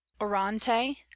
ORANTE